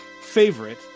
favorite